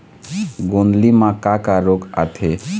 गोंदली म का का रोग आथे?